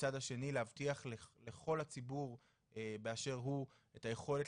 ומהצד השני להבטיח לכל הציבור באשר הוא את היכולת